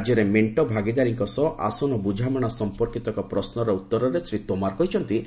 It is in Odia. ରାଜ୍ୟରେ ମେଣ୍ଟ ଭାଗିଦାରୀଙ୍କ ସହ ଆସନ ବୁଝାମଣା ସମ୍ପର୍କିତ ଏକ ପ୍ରଶ୍ୱର ଉତ୍ତରରେ ଶ୍ରୀ ତେମାର କହିଛନ୍ତି